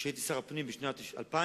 כשהייתי שר הפנים בשנת 2000